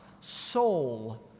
soul